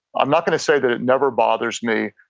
i'm not going to say that it never bothers me.